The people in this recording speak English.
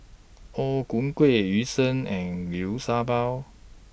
O Ku Kueh Yu Sheng and Liu Sha Bao